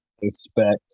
expect